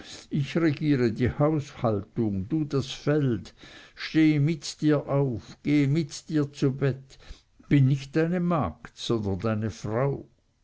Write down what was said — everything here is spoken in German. ich regiere die haushaltung du das feld stehe mit dir auf gehe mit dir zu bette bin nicht deine magd sondern deine frau